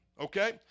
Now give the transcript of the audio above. Okay